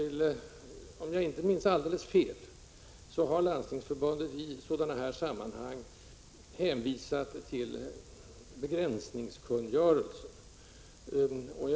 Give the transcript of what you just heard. Om jag inte minns alldeles fel har Landstingsförbundet i sådana här sammanhang hänvisat till begränsningskungörelsen.